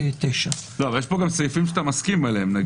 אבל יש פה סעיפים שאתה מסכים עליהם.